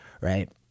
right